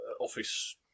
office